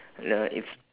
the it's